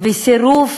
וסירוב